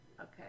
Okay